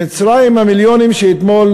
במצרים, המיליונים שאתמול,